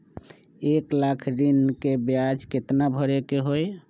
एक लाख ऋन के ब्याज केतना भरे के होई?